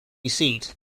seat